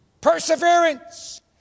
Perseverance